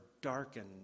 darkened